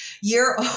year